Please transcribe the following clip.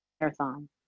marathon